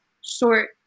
short